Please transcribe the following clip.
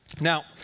Now